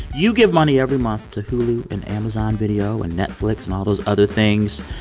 you give money every month to hulu and amazon video and netflix and all those other things.